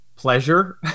Pleasure